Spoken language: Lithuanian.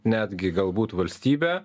netgi galbūt valstybę